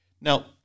Now